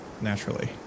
Naturally